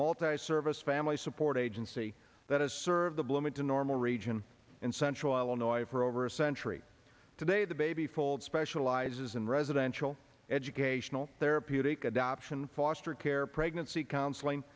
multiservice family support agency that has served the bloomington normal region in central illinois for over a century today the baby fold specializes in residential educational therapeutic adoption foster care pregnancy counseling